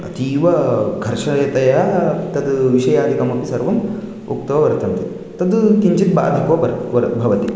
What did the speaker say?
अतीवघर्षयतया तद् विषयादिकमपि सर्वम् उक्तो वर्तन्ते तद् किञ्चित् बाधको भव् भवति